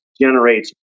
generates